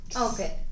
Okay